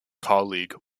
colleague